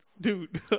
dude